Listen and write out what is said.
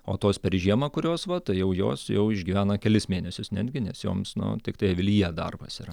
o tos per žiemą kurios va tai jau jos jau išgyvena kelis mėnesius netgi nes joms na tiktai avilyje darbas yra